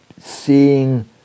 seeing